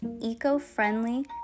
eco-friendly